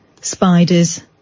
spiders